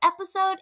episode